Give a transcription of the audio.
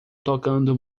tocando